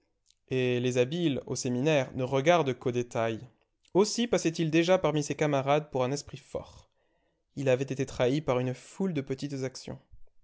et les habiles au séminaire ne regardent qu'aux détails aussi passait-il déjà parmi ses camarades pour un esprit fort il avait été trahi par une foule de petites actions